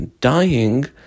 dying